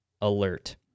alert